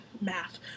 math